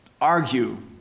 argue